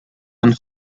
and